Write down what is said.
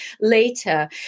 later